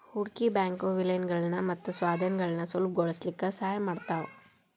ಹೂಡ್ಕಿ ಬ್ಯಾಂಕು ವಿಲೇನಗಳನ್ನ ಮತ್ತ ಸ್ವಾಧೇನಗಳನ್ನ ಸುಲಭಗೊಳಸ್ಲಿಕ್ಕೆ ಸಹಾಯ ಮಾಡ್ತಾವ